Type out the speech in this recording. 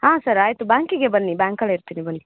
ಹಾಂ ಸರ್ ಆಯಿತು ಬ್ಯಾಂಕಿಗೇ ಬನ್ನಿ ಬ್ಯಾಂಕಲ್ಲಿ ಇರ್ತೀನಿ ಬನ್ನಿ